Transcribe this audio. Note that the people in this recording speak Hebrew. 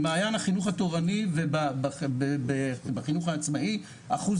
במעיין החינוך התורני ובחינוך העצמאי אחוז